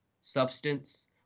substance